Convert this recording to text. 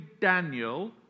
Daniel